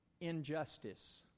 injustice